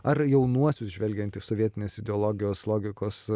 ar jaunuosius žvelgiant iš sovietinės ideologijos logikos